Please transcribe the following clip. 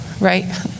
Right